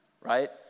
right